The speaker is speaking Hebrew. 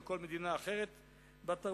או כל מדינה אחרת בת-תרבות,